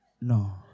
No